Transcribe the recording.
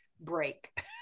break